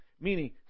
meaning